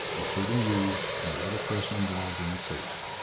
including you and the other person involved in the case.